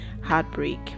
heartbreak